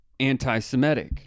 anti-semitic